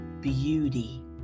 beauty